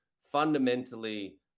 fundamentally